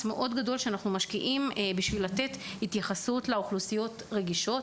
גדול שאנחנו משקיעים בשביל לתת התייחסות לאוכלוסיות רגישות.